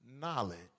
knowledge